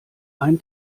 ein